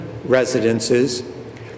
residences